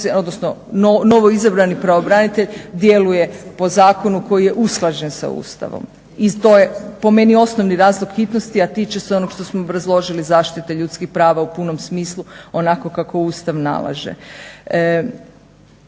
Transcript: da novoizabarani pravobranitelj djeluje po zakonu koji je usklađen sa Ustavom. I to je po meni osnovni razlog hitnosti, a tiče se onog z+što smo obrazložili zaštite ljudskih prava u punom smislu onako kako Ustav nalaže.